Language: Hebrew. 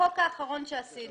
החוק האחרון שעשינו,